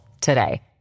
today